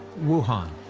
wuhan,